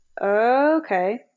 okay